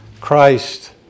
Christ